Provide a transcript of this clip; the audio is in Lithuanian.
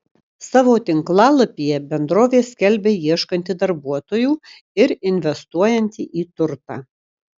savo tinklalapyje bendrovė skelbia ieškanti darbuotojų ir investuojanti į turtą